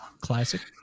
classic